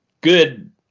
good